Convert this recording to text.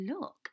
look